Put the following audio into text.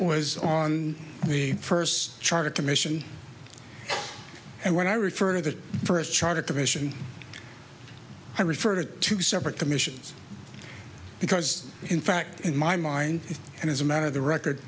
was on the first charter commission and when i refer to the first charter division i referred to separate commissions because in fact in my mind and as a matter of the record